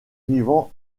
vivant